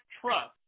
trust